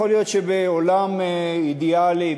יכול להיות שבעולם אידיאלי,